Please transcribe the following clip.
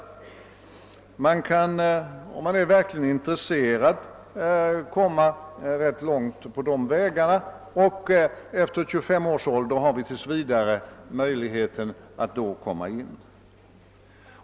Den som verkligen är intresserad kan komma rätt långt på de vägarna, och efter 25 års ålder finns sedan tills vidare möjligheten att komma in vid universitet och högskolor.